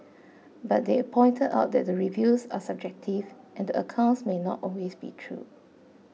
but they pointed out that the reviews are subjective and accounts may not always be true